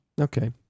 Okay